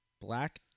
black